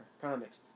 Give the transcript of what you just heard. comics